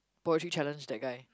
poetry challenge that guy